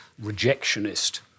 rejectionist